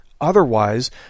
Otherwise